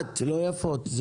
לא מילים יפות.